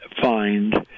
find